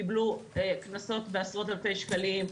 קיבלו קנסות בעשרות אלפי שקלים.